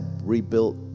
rebuilt